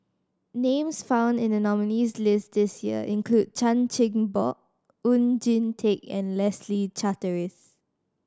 names found in the nominees' list this year include Chan Chin Bock Oon Jin Teik and Leslie Charteris